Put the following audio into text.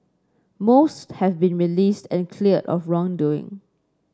most have been released and cleared of wrongdoing